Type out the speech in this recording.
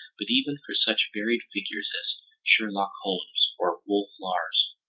but even for such varied figures as sherlock holmes or wolf larsen.